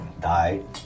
died